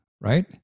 right